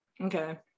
okay